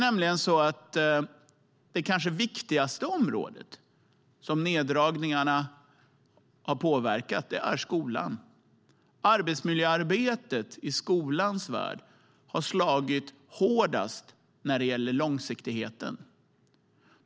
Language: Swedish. Det kanske viktigaste område som neddragningarna har påverkat är nämligen skolan. Arbetsmiljöarbetet i skolans värld har slagit hårdast när det gäller långsiktigheten.